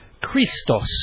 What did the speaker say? Christos